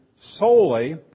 solely